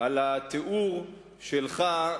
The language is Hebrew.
על התיאור שלך,